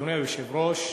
אדוני היושב-ראש,